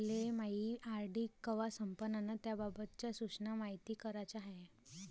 मले मायी आर.डी कवा संपन अन त्याबाबतच्या सूचना मायती कराच्या हाय